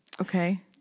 Okay